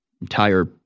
entire